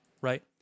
right